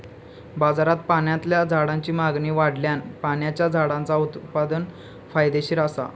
बाजारात पाण्यातल्या झाडांची मागणी वाढल्यान पाण्याच्या झाडांचा उत्पादन फायदेशीर असा